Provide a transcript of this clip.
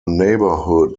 neighborhood